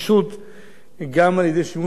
גם על-ידי שימוש באמצעים דיגיטליים,